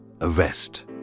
arrest